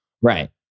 Right